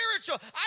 spiritual